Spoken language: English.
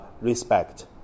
respect